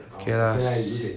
K lah s~